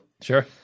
Sure